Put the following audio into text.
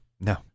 no